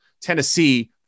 Tennessee